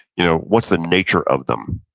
you know what's the nature of them.